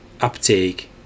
uptake